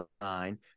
nine